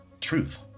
truth